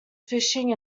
fishing